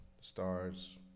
stars